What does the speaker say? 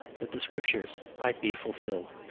that the scriptures might be fulfilled.